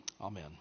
amen